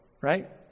Right